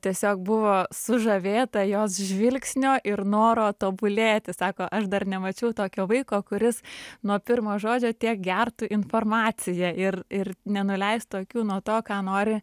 tiesiog buvo sužavėta jos žvilgsnio ir noro tobulėti sako aš dar nemačiau tokio vaiko kuris nuo pirmo žodžio tiek gertų informacija ir ir nenuleistų akių nuo to ką nori